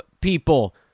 people